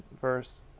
verse